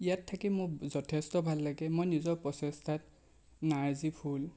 ইয়াত থাকি মোৰ যথেষ্ট ভাল লাগে মই নিজৰ প্ৰচেষ্টাত নাৰ্জী ফুল